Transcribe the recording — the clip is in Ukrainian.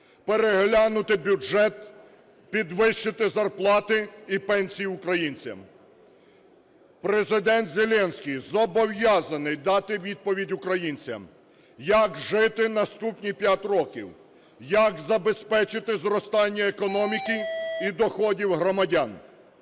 переглянути бюджет, підвищити зарплати і пенсії українцям. Президент Зеленський зобов'язаний дати відповідь українцям, як жити наступні 5 років, як забезпечити зростання економіки і доходів громадян.